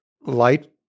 light